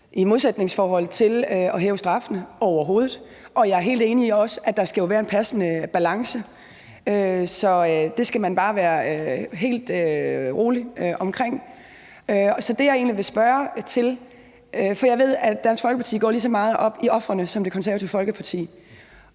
i modsætningsforhold til at hæve straffene, overhovedet. Jeg er også helt enig i, at der jo skal være en passende balance. Så det skal man bare være helt rolig omkring. Jeg ved, at Dansk Folkeparti går lige så meget op i ofrene som Det Konservative Folkeparti.